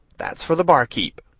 that's for the barkeep.